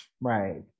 Right